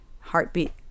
heartbeat